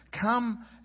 come